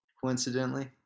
coincidentally